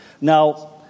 Now